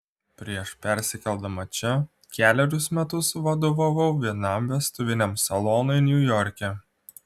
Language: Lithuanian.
prieš persikeldama čia kelerius metus vadovavau vienam vestuviniam salonui niujorke